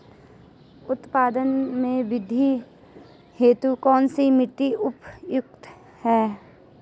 उत्पादन में वृद्धि हेतु कौन सी मिट्टी उपयुक्त है?